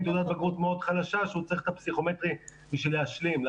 תעודת בגרות מאוד חלשה שהוא צריך את הפסיכומטרי בשביל להשלים.